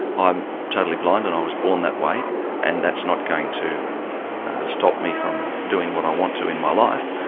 i'm totally blind and i was born that way and that's not going to stop me from doing what i want to in my life,